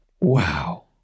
Wow